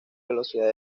velocidad